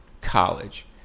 college